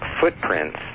footprints